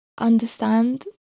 understand